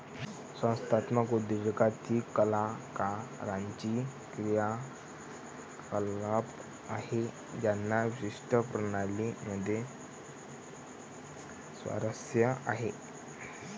संस्थात्मक उद्योजकता ही कलाकारांची क्रियाकलाप आहे ज्यांना विशिष्ट प्रणाली मध्ये स्वारस्य आहे